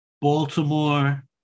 Baltimore